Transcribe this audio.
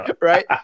right